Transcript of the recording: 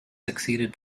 succeeded